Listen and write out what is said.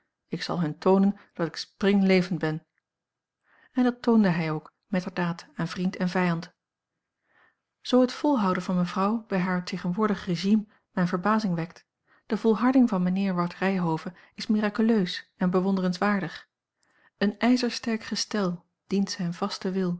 ik zal hun toonen dat ik springlevend ben en dat toont hij ook metterdaad aan vriend en vijand zoo het volhouden van mevrouw bij haar tegenwoordig régime mijne verbazing wekt de volharding van mijnheer ward ryhove is miraculeus en bewonderenswaardig een ijzersterk gestel dient zijn vasten wil